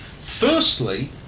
firstly